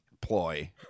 ploy